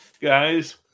guys